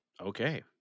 Okay